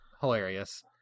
hilarious